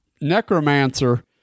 Necromancer